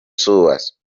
subas